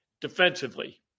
defensively